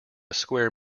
square